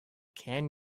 can